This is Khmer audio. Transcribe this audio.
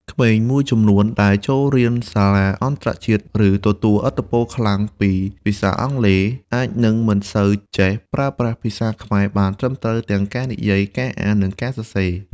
ក្មេងមួយចំនួនដែលចូលរៀនសាលាអន្តរជាតិ ឬទទួលឥទ្ធិពលខ្លាំងពីភាសាអង់គ្លេស អាចនឹងមិនសូវចេះប្រើប្រាស់ភាសាខ្មែរបានត្រឹមត្រូវទាំងការនិយាយ ការអាន និងការសរសេរ។